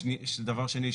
דבר שני,